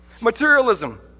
Materialism